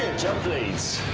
jump leads.